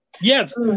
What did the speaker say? Yes